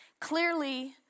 Clearly